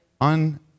on